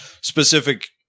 specific